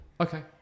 Okay